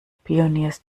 spionierst